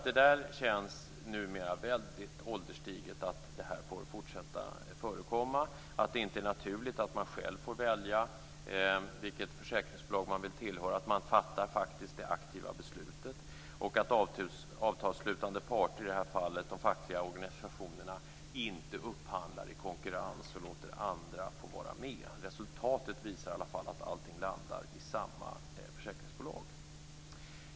Numera känns det väldigt ålderstiget att det här får fortsatt förekomma, dvs. att det inte är naturligt att man själv får välja vilket försäkringsbolag man vill tillhöra, att man själv faktiskt fattar det aktiva beslutet samt att avtalsslutande parter - i det här fallet de fackliga organisationerna - inte upphandlar i konkurrens och låter andra få vara med. Resultatet visar i alla fall att allting landar i samma försäkringsbolag.